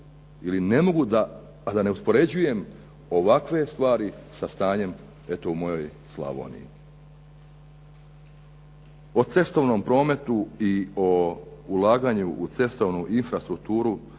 ili ne mogu a da ne uspoređujem ovakve stvari sa stanjem eto u mojoj Slavoniji. O cestovnom prometu i ulaganju u cestovnu infrastrukturu